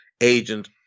agent